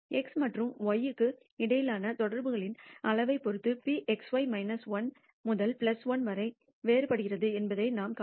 X மற்றும் y க்கு இடையிலான தொடர்புகளின் அளவைப் பொறுத்து ρxy 1 முதல் 1 வரை வேறுபடுகிறது என்பதை நாம் காட்டலாம்